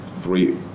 three